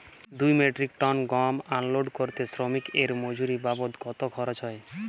দুই metric ton গম unload করতে শ্রমিক এর মজুরি বাবদ কত খরচ হয়?